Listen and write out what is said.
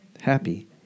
happy